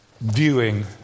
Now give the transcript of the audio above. viewing